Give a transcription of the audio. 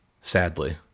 sadly